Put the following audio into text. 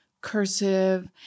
cursive